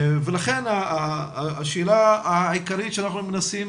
לכן השאלה העיקרית שאנחנו מנסים